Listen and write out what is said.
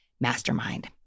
mastermind